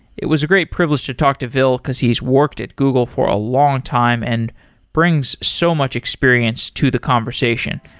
it was a great privilege to talk to ville because he's worked at google for a longtime and brings so much experience to the conversation.